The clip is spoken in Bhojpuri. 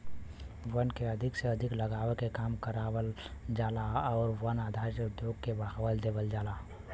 वन के अधिक से अधिक लगावे के काम करावल जाला आउर वन आधारित उद्योग के बढ़ावा देवल जाला